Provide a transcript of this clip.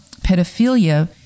pedophilia